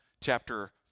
chapter